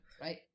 right